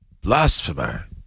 Blasphemer